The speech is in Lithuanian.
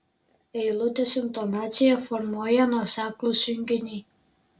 eilutės intonaciją formuoja nuoseklūs junginiai